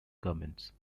governments